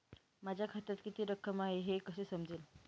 माझ्या खात्यात किती रक्कम आहे हे कसे समजेल?